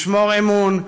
לשמור אמון,